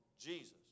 Jesus